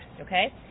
okay